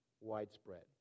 widespread